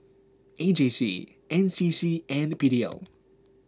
A J C N C C and P D L